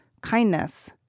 kindness